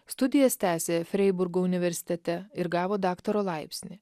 studijas tęsė freiburgo universitete ir gavo daktaro laipsnį